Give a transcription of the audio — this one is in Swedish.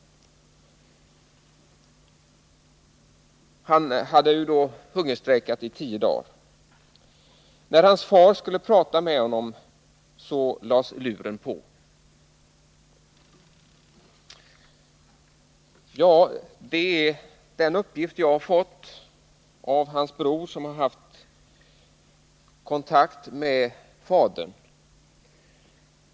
Han hade ju då hungerstrejkat i tio dagar. När hans far skulle prata med honom, ”lades luren på. Detta är den uppgift jag har fått av Mohamed Rafrafis bror, som har haft kontakt med fadern.